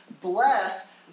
bless